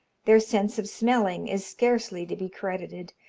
their sense of smelling is scarcely to be credited.